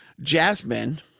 Jasmine